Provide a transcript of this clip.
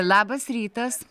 labas rytas